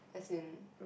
as in